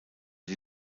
die